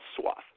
swath